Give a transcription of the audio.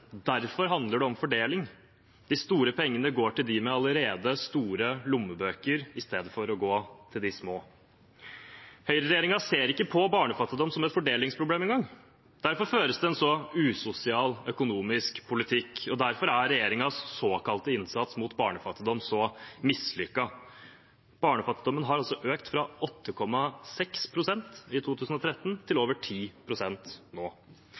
derfor handler det om fordeling. De store pengene går til dem med allerede store lommebøker i stedet for å gå til de små. Høyreregjeringen ser ikke på barnefattigdom som et fordelingsproblem engang. Derfor føres det en så usosial økonomisk politikk, og derfor er regjeringens såkalte innsats mot barnefattigdom så mislykket. Barnefattigdommen har økt fra 8,6 pst. i 2013 til over 10 pst. nå.